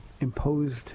imposed